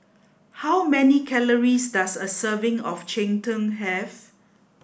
how many calories does a serving of cheng tng have